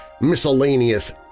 miscellaneous